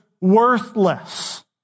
worthless